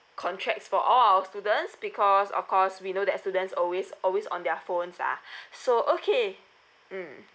contracts for all our students because of course we know that students always always on their phones ah so okay mm